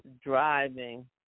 driving